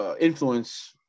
influence